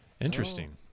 Interesting